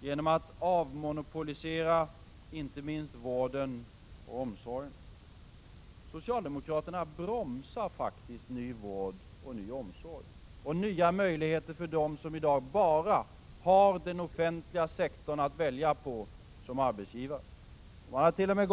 genom att avmonopolisera inte minst vården och omsorgen. Socialdemokraterna bromsar faktiskt ny vård och ny omsorg samt nya möjligheter för dem som i dag bara har den offentliga sektorn att välja på som arbetsgivare. Man hart.o.m.